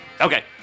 Okay